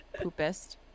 Poopist